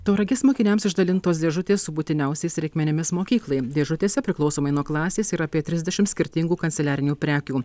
tauragės mokiniams išdalintos dėžutės su būtiniausiais reikmenimis mokyklai dėžutėse priklausomai nuo klasės yra apie trisdešimt skirtingų kanceliarinių prekių